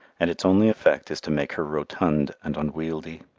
and its only effect is to make her rotund and unwieldy.